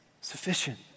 sufficient